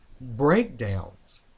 breakdowns